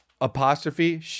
apostrophe